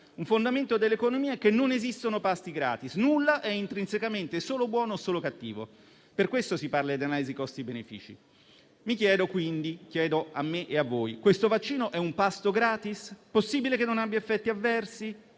Un fondamento dell'economia è che non esistono pasti gratis e nulla è intrinsecamente solo buono o solo cattivo. Per questo motivo, si parla di analisi costi-benefici. Chiedo pertanto a me e voi: questo vaccino è un pasto gratis? Possibile che non abbia effetti avversi?